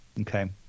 Okay